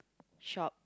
shop